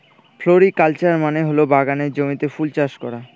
floriculture মানে হল বাগানের জমিতে ফুল চাষ করা